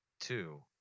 two